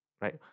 right